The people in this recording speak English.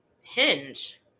Hinge